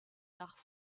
nach